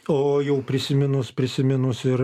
o jau prisiminus prisiminus ir